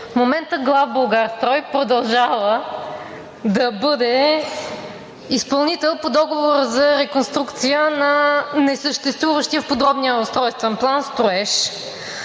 В момента „Главболгарстрой“ продължава да бъде изпълнител по договора за реконструкция на несъществуващия в Подробния устройствен план строеж.